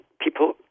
people